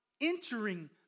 entering